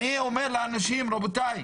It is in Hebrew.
אני אומר לאנשים, רבותיי,